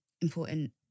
important